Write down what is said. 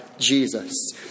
Jesus